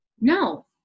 no